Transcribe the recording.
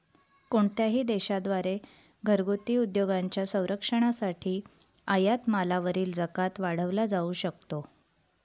कोणत्याही देशा द्वारे घरगुती उद्योगांच्या संरक्षणासाठी आयात मालावरील जकात वाढवला जाऊ शकतो